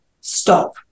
stop